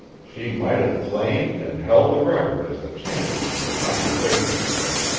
she might have claimed and held the record as the champion of the conversational ring.